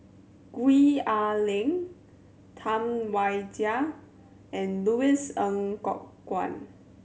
Gwee Ah Leng Tam Wai Jia and Louis Ng Kok Kwang